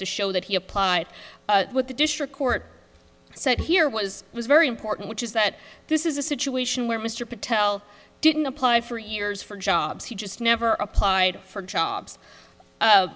to show that he applied with the district court said here was was very important which is that this is a situation where mr patel didn't apply for years for jobs he just never applied for job